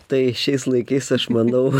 tai šiais laikais aš manau